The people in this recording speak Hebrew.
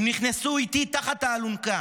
הם נכנסו איתי תחת האלונקה.